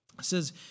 says